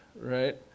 right